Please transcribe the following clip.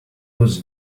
was